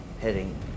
heading